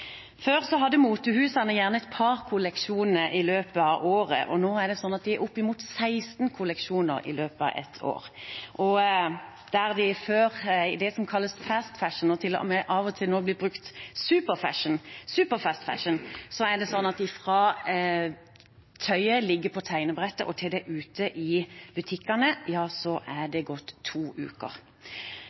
Før hadde motehusene gjerne et par kolleksjoner i løpet av året, men nå er det sånn at de har opp imot 16 kolleksjoner i løpet av et år. I det som kalles «fast fashion» – nå blir til og med av og til «ultra fast fashion» brukt – er det sånn at fra tøyet ligger på tegnebrettet og til det er ute i butikkene, er det gått to uker.